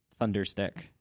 thunderstick